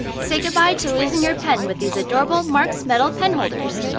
say goodbye to losing your pen with these adorable mark's metal pen holders!